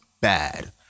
bad